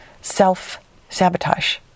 self-sabotage